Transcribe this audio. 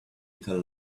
tell